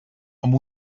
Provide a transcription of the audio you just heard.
amb